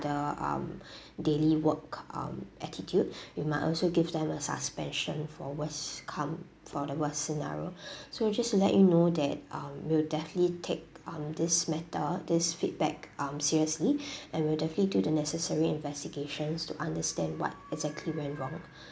~ther um daily work um attitude we might also give them a suspension for worse come for the worst scenario so just to let you know that um we'll definitely take um this matter this feedback um seriously and we'll definitely do the necessary investigations to understand what exactly went wrong